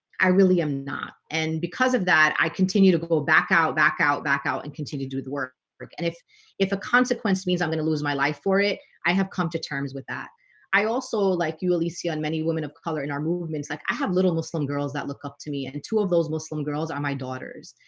i really am not and because of that i continue to go back out back out back out and continue to work work and if if a consequence means i'm going to lose my life for it. i have come to terms with that i also like you alesi on many women of color and our movements like i have little muslim girls that look up to me and two of those muslim girls are my daughters.